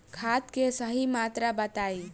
खाद के सही मात्रा बताई?